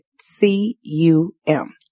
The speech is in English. C-U-M